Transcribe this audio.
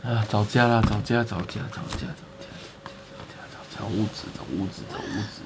ah 找家啦找家找家找家找家找家找屋子找屋子找屋子